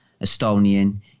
Estonian